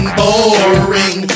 boring